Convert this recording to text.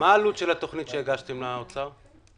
מה עלות התכנית שהגשתם לאוצר?